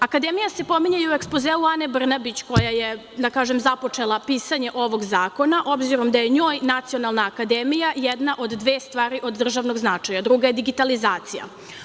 Akademija se pominje i ekspozeu Ane Brnabić koja je da kažem započela pisanje ovog zakona obzirom da je njoj Nacionalna akademija jedna od dve stvari od državnog značaja, druga je digitalizacija.